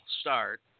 start